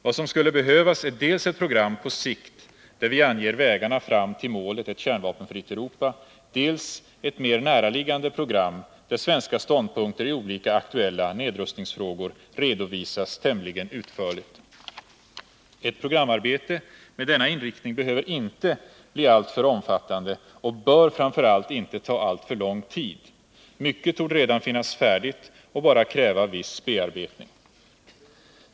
Vad som skulle behövas är dels ett program på sikt där vi anger vägarna fram till målet ett kärnvapenfritt Europa, dels ett mer näraliggande program där svenska ståndpunkter i olika aktuella nedrustningsfrågor redovisas tämligen utförligt. Ett programarbete med denna inriktning behöver inte bli alltför omfattande och bör framför allt inte ta alltför lång tid. Mycket torde redan finnas färdigt och bara kräva en viss bearbetning.